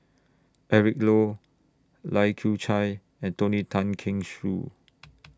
Eric Low Lai Kew Chai and Tony Tan Keng